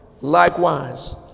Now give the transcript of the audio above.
likewise